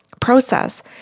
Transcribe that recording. process